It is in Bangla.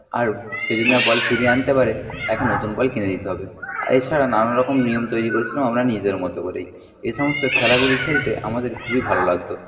আর সে যদি না বল ফিরিয়ে আনতে পারে একটা নতুন বল কিনে দিতে হবে এছাড়া নানারকম নিয়ম তৈরি করেছিলাম আমরা নিজেদের মতো করেই এ সমস্ত খেলাগুলি খেলতে আমাদের খুবই ভালো লাগতো